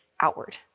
outward